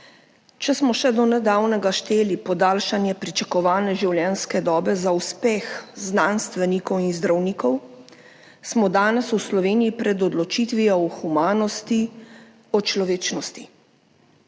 Če smo še do nedavnega šteli podaljšanje pričakovane življenjske dobe za uspeh znanstvenikov in zdravnikov, smo danes v Sloveniji pred odločitvijo o humanosti, o človečnosti.